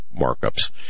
markups